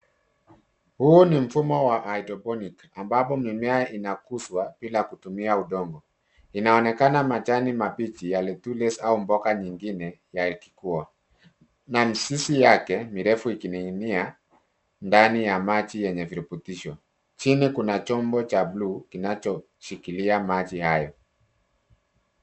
Huu ni mfumo wa hydroponic ambapo mimea inakuzwa bila kutumia udongo. Inaonekana majani mabichi ya letules au mboga nyingine yanayekua na mizizi yake mirefu ikining'inia ndani ya maji yenye virutubisho. Chini kuna chombo cha blue kinachoshikilia maji hayo.